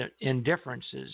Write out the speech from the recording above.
indifferences